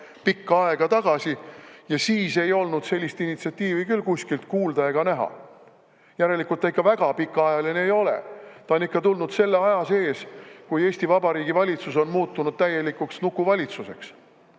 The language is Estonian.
pikka aega tagasi ja siis ei olnud sellist initsiatiivi küll kuskilt kuulda ega näha. Järelikult ta ikka väga pikaajaline ei ole, ta on ikka tulnud selle aja sees, kui Eesti Vabariigi valitsus on muutunud täielikuks nukuvalitsuseks.